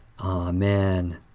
Amen